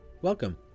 Welcome